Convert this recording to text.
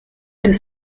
das